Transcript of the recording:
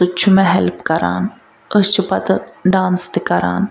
سُہ تہِ چھُ مےٚ ہٮ۪لٕپ کران أسۍ چھِ پَتہٕ ڈانس تہِ کَران